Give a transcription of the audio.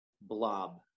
blob